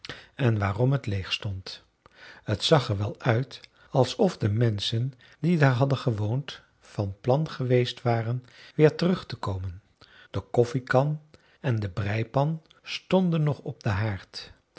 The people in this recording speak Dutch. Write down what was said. en waarom het leeg stond t zag er wel uit alsof de menschen die daar hadden gewoond van plan geweest waren weer terug te komen de koffiekan en de breipan stonden nog op den haard